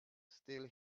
still